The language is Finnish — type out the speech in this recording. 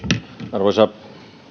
arvoisa